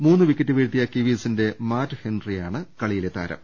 മൂന്ന് വിക്കറ്റ് വീഴ്ത്തിയ കീവിസിന്റെ മാറ്റ് ഹെൻറി യാണ് കളിയിലെ താരം